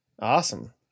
awesome